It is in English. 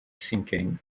sinking